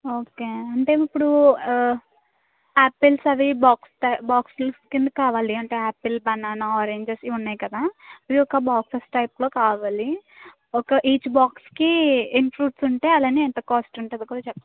okay అంటే ఇప్పుడు apples అవి బాక్స్ టై బాక్సెస్ కింద కావాలి అంటే ఆపిల్ బనానా ఆరెంజెస్ ఇవి ఉన్నాయి కదా ఇవి ఒక బాక్సెస్ టైప్లో కావాలి ఒక ఈచ్ బాక్స్కి ఎన్ని ఫ్రూట్స్ ఉంటాయి అలానే ఎంత కాస్ట్ ఉంటుందో కూడా చెప్పండి